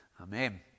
Amen